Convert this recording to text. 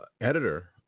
editor